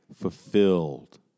fulfilled